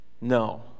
No